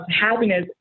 happiness